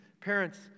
parents